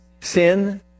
sin